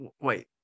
Wait